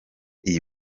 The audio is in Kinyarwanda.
iyi